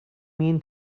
mean